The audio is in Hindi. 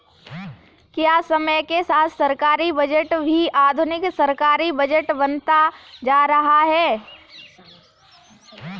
क्या समय के साथ सरकारी बजट भी आधुनिक सरकारी बजट बनता जा रहा है?